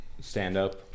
stand-up